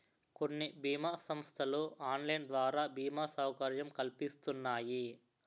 కొన్ని బీమా సంస్థలు ఆన్లైన్ ద్వారా బీమా సౌకర్యం కల్పిస్తున్నాయి